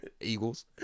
eagles